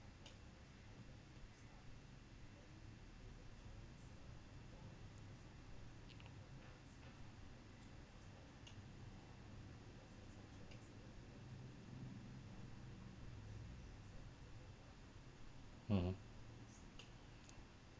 mmhmm